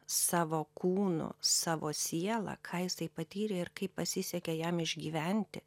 savo kūnu savo siela ką jisai patyrė ir kaip pasisekė jam išgyventi